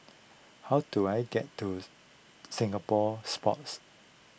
how do I get to Singapore Sports